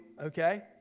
okay